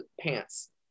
pants